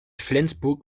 flensburg